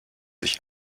sich